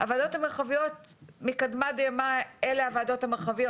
הוועדות המרחביות מקדמת דנא אלה הוועדות המרחביות.